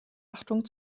achtung